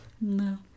no